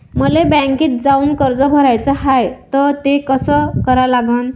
मले बँकेत जाऊन कर्ज भराच हाय त ते कस करा लागन?